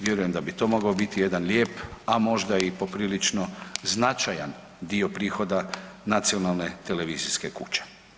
Vjerujem da bi to mogao biti jedan lijep, a možda i poprilično značajan dio prihoda nacionalne televizijske kuće.